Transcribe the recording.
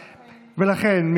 לכן,